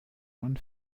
man